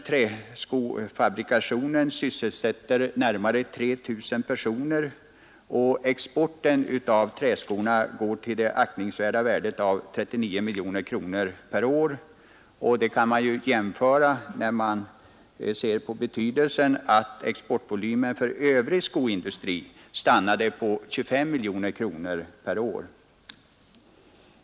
Träskofabrikationen sysselsätter närmare 3 000 personer, och exporten av träskor uppgår till den aktningsvärda summan av 39 miljoner kronor per år. Det säger en del om träskofabrikationens betydelse, att exportvolymen för övriga skoindustrier stannade på 25 miljoner kronor per år.